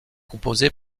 composée